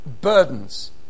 burdens